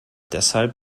deshalb